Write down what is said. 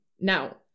Now